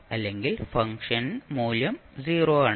അല്ലെങ്കിൽ ഫംഗ്ഷൻ മൂല്യം 0 ആണ്